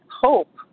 hope